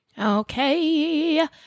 Okay